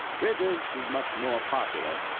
bridger's is much more popular,